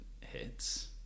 hits